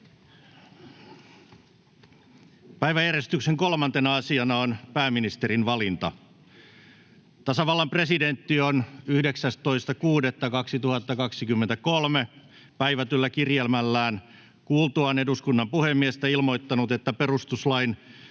Päiväjärjestyksen 3. asiana on pääministerin valinta. Tasavallan presidentti on 19.6.2023 päivätyllä kirjelmällään kuultuaan eduskunnan puhemiestä ilmoittanut, että perustuslain